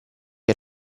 che